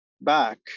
back